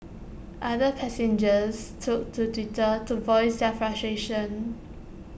other passengers took to Twitter to voice their frustrations